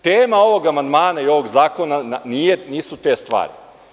Tema ovog amandmana i ovog zakona nisu te stvari.